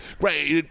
Right